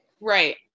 Right